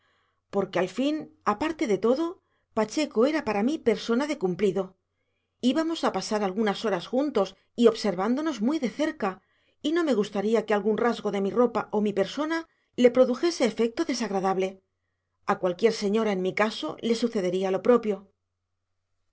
porque al fin aparte de todo pacheco era para mí persona de cumplido íbamos a pasar algunas horas juntos y observándonos muy de cerca y no me gustaría que algún rasgo de mi ropa o mi persona le produjese efecto desagradable a cualquier señora en mi caso le sucedería lo propio